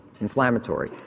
inflammatory